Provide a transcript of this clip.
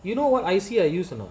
you know what I see I use you know